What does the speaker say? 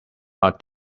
are